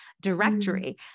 directory